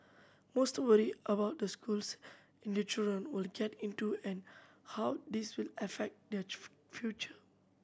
most worry about the schools and their children will get into and how this will affect their future